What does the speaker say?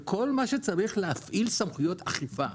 כל מה שצריך זה להפעיל סמכויות אכיפה.